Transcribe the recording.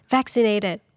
Vaccinated